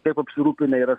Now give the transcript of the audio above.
kaip apsirūpinę yra